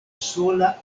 sola